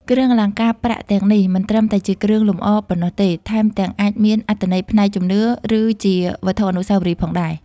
គ្រឿងអលង្ការប្រាក់ទាំងនេះមិនត្រឹមតែជាគ្រឿងលម្អប៉ុណ្ណោះទេ ថែមទាំងអាចមានអត្ថន័យផ្នែកជំនឿ ឬជាវត្ថុអនុស្សាវរីយ៍ផងដែរ។